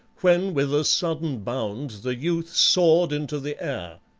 when with a sudden bound the youth soared into the air.